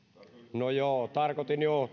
no joo tarkoitin joo